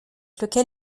lequel